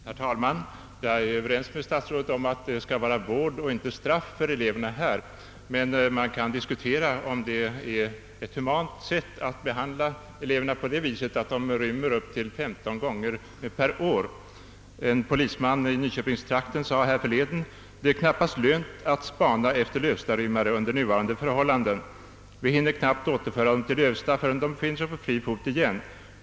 Herr talman! Jag är överens med statsrådet om att eleverna bör få vård och inte straff. Det kan dock diskuteras om det är ett humant sätt att behandla eleverna när de rymmer upp till 15 gånger per år. En polisman i nyköpingstrakten sade härförleden: »Det är knappast lönt att spana efter lövstarymmare under nuvarande förhållanden. Vi hinner knappt återföra dem till Lövsta förrän de befinner sig på fri fot igen.